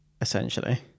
essentially